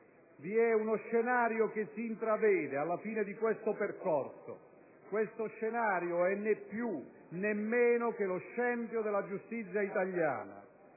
Vi è uno scenario che si intravede alla fine di questo percorso: questo scenario è né più né meno che lo scempio della giustizia italiana.